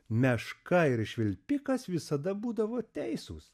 meška ir švilpikas visada būdavo teisūs